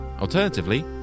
alternatively